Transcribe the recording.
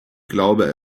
glaube